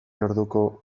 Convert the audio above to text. orduko